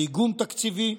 לאיגום תקציבי.